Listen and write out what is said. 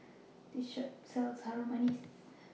This Shop sells Harum Manis